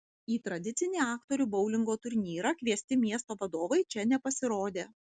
į tradicinį aktorių boulingo turnyrą kviesti miesto vadovai čia nepasirodė